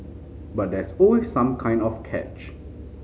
but there's always some kind of catch